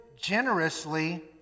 generously